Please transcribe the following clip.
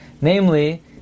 Namely